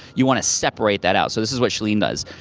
you wanna separate that out, so this is what chalene does.